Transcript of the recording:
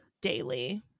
daily